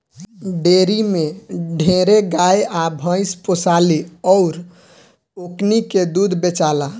dairy में ढेरे गाय आ भइस पोसाली अउर ओकनी के दूध बेचाला